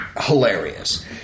hilarious